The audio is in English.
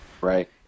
Right